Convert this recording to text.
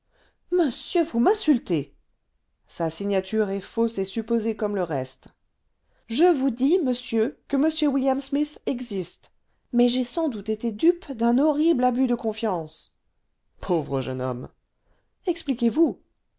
monsieur vous m'insultez sa signature est fausse et supposée comme le reste je vous dis monsieur que m william smith existe mais j'ai sans doute été dupe d'un horrible abus de confiance pauvre jeune homme expliquez-vous